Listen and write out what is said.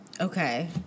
Okay